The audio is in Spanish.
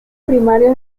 primarios